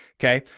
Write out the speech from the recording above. okay.